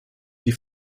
die